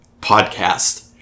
podcast-